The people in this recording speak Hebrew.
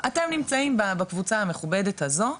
אתם נמצאים בקבוצה המכובדת הזו,